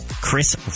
Chris